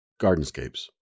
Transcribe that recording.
Gardenscapes